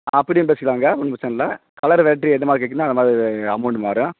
அப்படியும் பேசிக்கலாங்க ஒன்றும் பிரச்சின இல்லை கலர் வெரைட்டி எந்தமாதிரி கேட்குறீங்களோ அந்தமாதிரி அமௌண்ட் மாறும்